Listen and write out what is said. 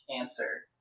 answer